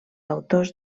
autors